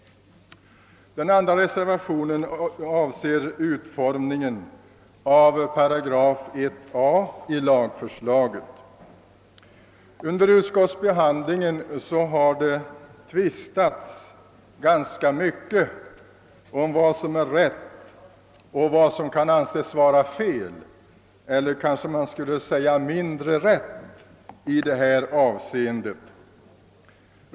Den andra reservationen avser utformningen av 1 a § i lagförslaget. Under utskottsbehandlingen har man tvistat en hel del om vad som är riktigt och vad som kan anses vara felaktigt — eller kanske man skulle säga »mindre riktigt» — i detta avseende.